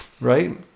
Right